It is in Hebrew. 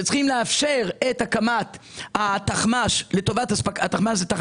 שצריכים לאפשר את הקמת תחנת משנה